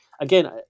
Again